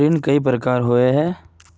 ऋण कई प्रकार होए है?